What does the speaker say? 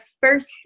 first